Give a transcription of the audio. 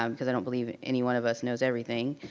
um because i don't believe any one of us knows everything.